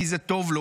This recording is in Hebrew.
כי זה טוב לו.